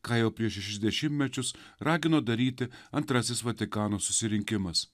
ką jau prieš dešimtmečius ragino daryti antrasis vatikano susirinkimas